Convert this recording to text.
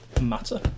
matter